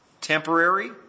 temporary